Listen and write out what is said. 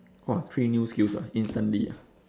!wah! three new skills ah instantly ah